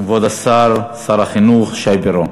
כבוד השר, שר החינוך שי פירון,